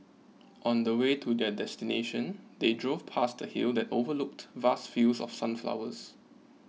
on the way to their destination they drove past a hill that overlooked vast fields of sunflowers